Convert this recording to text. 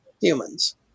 humans